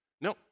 no